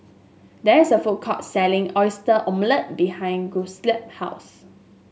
there is a food court selling Oyster Omelette behind Giuseppe's house